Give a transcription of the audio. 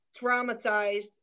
traumatized